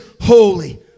holy